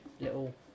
little